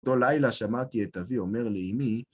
אותו לילה שמעתי את אבי אומר לאימי,